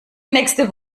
nächste